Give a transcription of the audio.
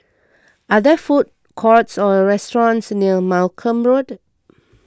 are there food courts or restaurants near Malcolm Road